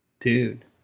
Dude